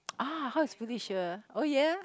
ah how is Felicia oh ya